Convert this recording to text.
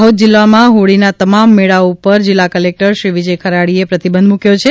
દાહોદ જિલ્લામાં હોળીના તમામ મેળાઓ પર જિલ્લા કલેકટર શ્રી વિજય ખરાડીએ પ્રતિબંધ મુક્વો છે